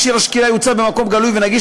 מכשיר השקילה יוצב במקום גלוי ונגיש